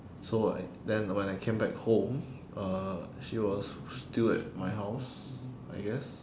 so then when I came back home uh she was still at my house I guess